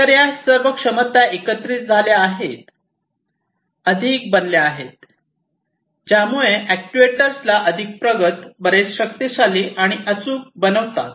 तर या सर्व क्षमता एकत्रित झाल्या आहेत अधिक बनल्या आहेत ज्यामुळे या अॅक्ट्युएटर्सना अधिक प्रगत बरेच शक्तीशाली आणि अचूक बनवतात